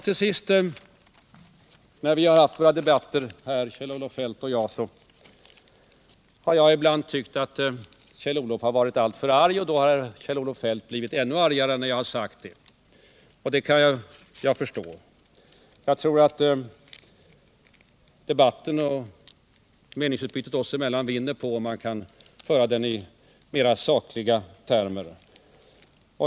Till sist: När vi haft våra debatter här, Kjell-Olof Feldt och jag, har jag ibland tyckt att Kjell-Olof varit alltför arg, och när jag sagt det har han blivit ännu argare — och det kan jag förstå. Men jag tror att meningsutbytet oss emellan vinner på att föras i mer sakliga termer.